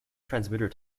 transmitter